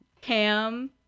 cam